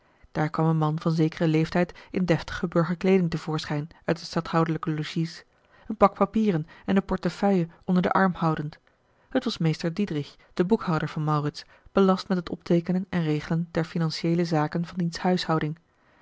daar kwam een man van zekeren leeftijd in deftige burgerkleeding te voorschijn uit het stadhouderlijke logies een pak papieren en eene portefeuille onder den arm houdende het was meester diedrich de boekhouder van maurits belast met het opteekenen en regelen der flnanciëele zaken van diens huishouding